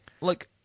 look